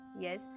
yes